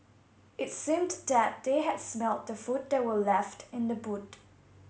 it seemed that they had smelt the food that were left in the boot